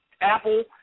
Apple